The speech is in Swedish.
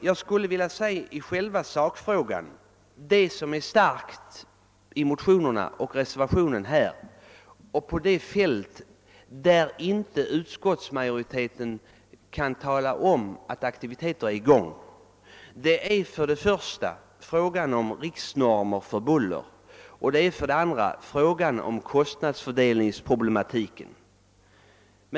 Vad som har nämnts i motionerna och i den föreliggande reservationen om områden, där utskottsmajoriteten inte kan tala om att aktiviteter är i gång, gäller för det första frågan om riksnormer för buller och för det andra frågan om kostnadsfördelningen.